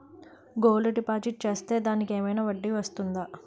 Gold deposit చేస్తే దానికి ఏమైనా వడ్డీ వస్తుందా?